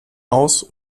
aus